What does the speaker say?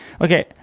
Okay